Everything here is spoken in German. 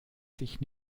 sich